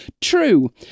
True